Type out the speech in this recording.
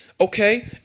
Okay